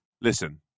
Listen